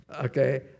okay